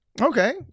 Okay